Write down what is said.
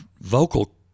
vocal